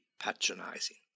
patronizing